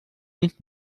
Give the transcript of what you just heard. nicht